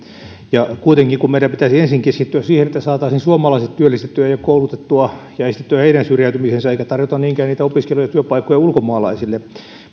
kuitenkin meidän pitäisi ensin keskittyä siihen että saataisiin suomalaiset työllistettyä ja koulutettua ja estettyä heidän syrjäytymisensä eikä tarjota niinkään niitä opiskelu ja työpaikkoja ulkomaalaisille